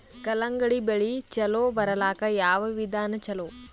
ಕಲ್ಲಂಗಡಿ ಬೆಳಿ ಚಲೋ ಬರಲಾಕ ಯಾವ ವಿಧಾನ ಚಲೋ?